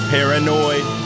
Paranoid